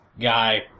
guy